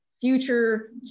Future